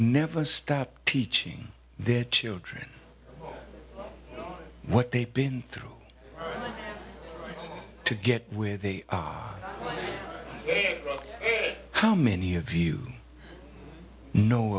never stop teaching their children what they've been through to get where they did how many of you know